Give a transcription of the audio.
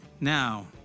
now